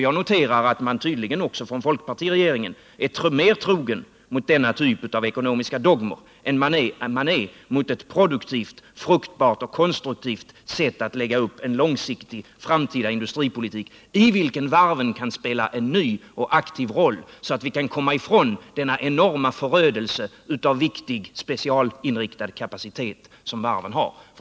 Jag noterar att folkpartiregeringen tydligen är mera trogen mot denna typ av ekonomiska dogmer än man är mot ett produktivt, fruktbart och konstruktivt sätt att lägga upp en långsiktig framtida industripolitik, i vilken varven kan spela en ny och aktiv roll, så att vi kan undvika den enorma förödelse av Nr 31 viktig, specialinriktad kapacitet som varven har.